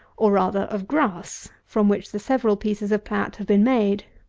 or rather, of grass, from which the several pieces of plat have been made.